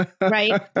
right